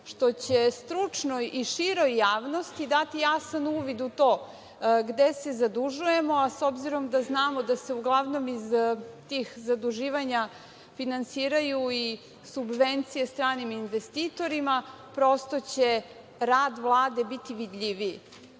što će stručnoj i široj javnosti dati jasan uvid u to gde se zadužujemo, a s obzirom da znamo da se uglavnom iz tih zaduživanja finansiraju i subvencije stranim investitorima, prosto će rad Vlade biti vidljiviji.